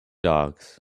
dogs